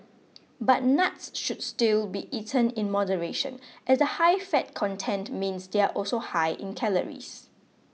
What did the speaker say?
but nuts should still be eaten in moderation as the high fat content means they are also high in calories